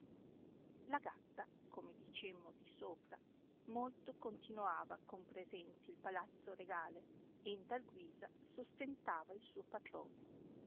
la gatta come dicemmo di sopra molto continoava con presenti il palazzo regale e in tal guisa sostentava il suo patrone